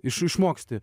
iš išmoksti